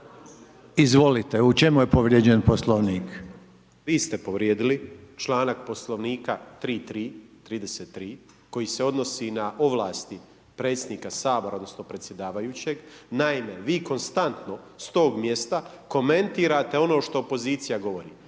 izvolite u čemu je povrijeđen Poslovnik. **Grmoja, Nikola (MOST)** Vi ste povrijedili članak Poslovnika 33 koji se odnosi na ovlasti predsjednika Sabora odnosno predsjedavajućeg. Naime, vi konstantno s tog mjesta komentirate ono što opozicija govori,